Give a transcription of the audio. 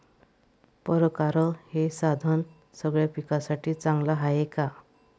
परकारं हे साधन सगळ्या पिकासाठी चांगलं हाये का?